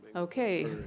okay.